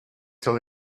till